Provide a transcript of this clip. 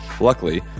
Luckily